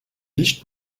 licht